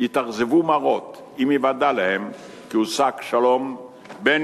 יתאכזבו מרות אם ייוודע להם כי הושג שלום בין